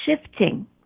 shifting